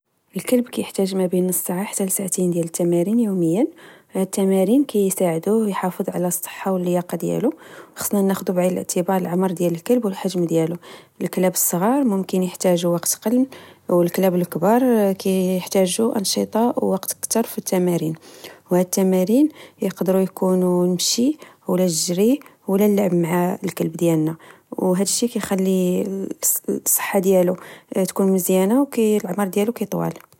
الكلب كحتاج مابين نص ساعة حتى لساعتين ديال التمارين يوميا، هاد التمارين كساعدوه يحافظ على الصحة و اللياقة ديالو. خاصنا ناخدو بعين الاعتبار العمر ديال الكلب والحجم ديالو، الكلاب الصغار ممكن يحتاجو وقت أقل، و الكلاب الكبار كحتاجو أنشطة و وقت كتر في التمارين. و هاد التمارين إقدرو يكونو المشي، الجري، أولا اللعب مع الكلب ديالنا، وهادشي كخلي الصحة ديالو تكون مزيانة، والعمر ديالو كطوال